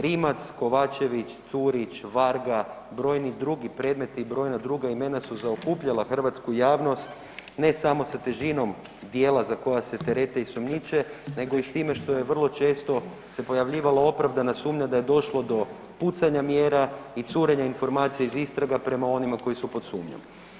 Rimac, Kovačević, Curić, Varga i brojni drugi predmeti i brojna druga imena su zaokupljala hrvatsku javnost ne samo sa težinom djela za koja se terete i sumnjiče nego i s time što je vrlo često se pojavljivala opravdana sumnja da je došlo do pucanja mjera i curenja informacija iz istraga prema onima koji su pod sumnjom.